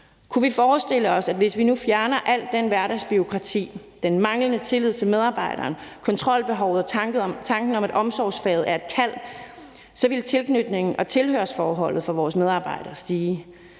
Kunne vi forestille os, at hvis vi nu fjerner alt det hverdagsbureaukrati, den manglende tillid til medarbejderen, kontrolbehovet og tanken om, at omsorgsfaget er et kald, så ville tilknytningen og tilhørsforholdet for vores medarbejdere stige?